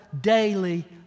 daily